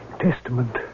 testament